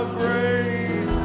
great